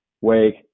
Wake